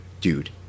dude